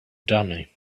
dummy